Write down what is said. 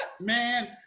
man